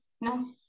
no